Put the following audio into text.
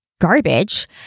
garbage